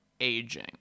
aging